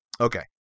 Okay